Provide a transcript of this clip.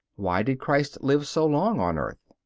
why did christ live so long on earth?